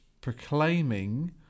proclaiming